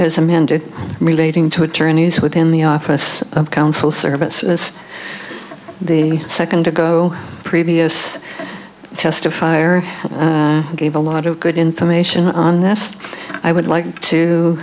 as amended relating to attorneys within the office of council services the second to go previous testifier gave a lot of good information on this i would like to